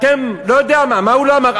אתם, לא יודע מה, מה הוא לא אמר?